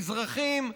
מזרחים,